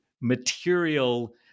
material